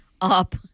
up